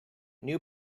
new